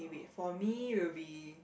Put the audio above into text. eh wait for me it will be